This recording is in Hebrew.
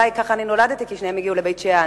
אולי ככה אני נולדתי, כי שניהם הגיעו לבית-שאן,